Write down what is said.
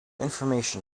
information